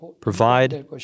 provide